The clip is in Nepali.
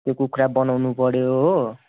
त्यो कुखुरा बनाउनु पर्यो हो